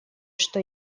что